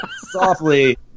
softly